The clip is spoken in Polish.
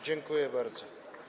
Dziękuję bardzo.